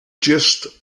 gist